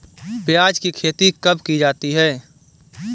प्याज़ की खेती कब की जाती है?